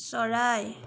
চৰাই